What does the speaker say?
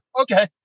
okay